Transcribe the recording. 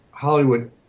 Hollywood